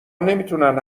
نمیتونن